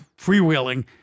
freewheeling